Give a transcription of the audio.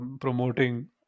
promoting